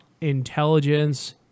intelligence